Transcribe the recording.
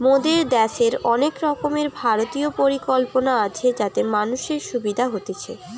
মোদের দ্যাশের অনেক রকমের ভারতীয় পরিকল্পনা আছে যাতে মানুষের সুবিধা হতিছে